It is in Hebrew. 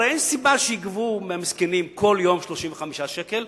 הרי אין סיבה שיגבו מהמסכנים כל יום 35 שקלים,